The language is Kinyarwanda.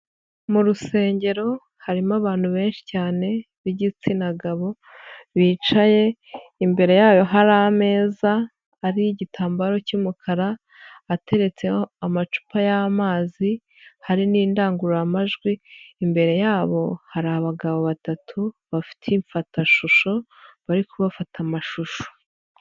Mu rusengero harimo abantu benshi cyane b'igitsina gabo bicaye imbere yayo hari ameza ari igitambaro cy'umukara, ateretseho amacupa y'amazi, hari n'indangururamajwi, imbere yabo hari abagabo batatu bafite imfatashusho bari kubafata amashusho.